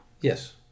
Yes